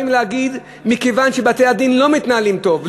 באים להגיד: מכיוון שבתי-הדין לא מתנהלים טוב,